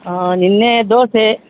ಹಾಂ ನಿನ್ನೆ ದೋಸೆ